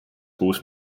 kuus